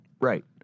Right